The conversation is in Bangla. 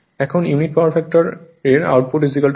এখন ইউনিটি পাওয়ার ফ্যাক্টরে আউটপুট 15 KVA